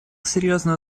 серьезный